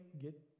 get